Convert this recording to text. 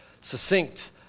succinct